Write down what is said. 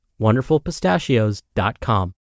wonderfulpistachios.com